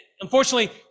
unfortunately